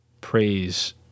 Praise